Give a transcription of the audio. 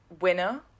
winner